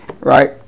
Right